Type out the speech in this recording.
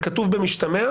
זה כתוב במשתמע,